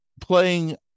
playing